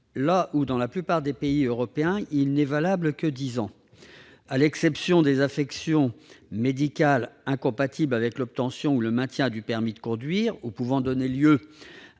là où dans la plupart des pays européens il n'est valable que dix ans. À l'exception des affections médicales incompatibles avec l'obtention ou le maintien du permis de conduire ou pouvant donner lieu